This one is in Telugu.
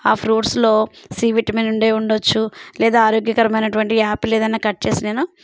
ఆ ఫ్రూట్స్లో సి విటమిన్ ఉండే ఉండొచ్చు లేదా ఆరోగ్యకరమైనటువంటి యాపిల్ ఏదన్న కట్ చేసి నేను